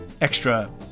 extra